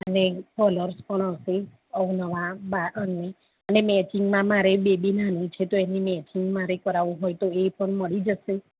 અને કલર્સ પણ હશે હવે નવા અને અને મેચિંગમાં મારે બેબી નાનું છે તો એનઈ મેચિંગ મારે કરાવું હોય તો એ પણ મળી જશે